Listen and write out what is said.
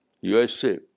USA